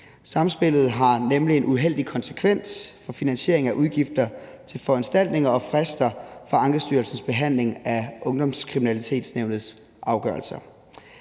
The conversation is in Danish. Samspillet har nemlig en uheldig konsekvens for finansiering af udgifter til foranstaltninger og frister for Ankestyrelsens behandling af Ungdomskriminalitetsnævnets afgørelser.